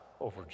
over